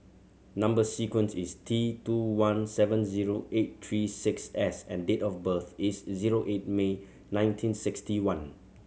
number sequence is T two one seven zero eight three six S and date of birth is zero eight May nineteen sixty one